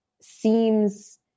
seems